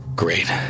Great